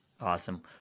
awesome